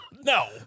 No